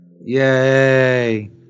Yay